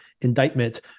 indictment